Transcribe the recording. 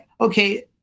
okay